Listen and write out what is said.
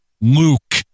Luke